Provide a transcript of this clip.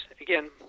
again